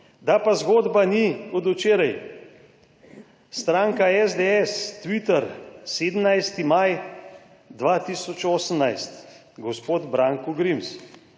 Da pa zgodba ni od včeraj, stranka SDS, Twitter, 17. maj 2018, gospod Branko Grims: